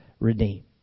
redeem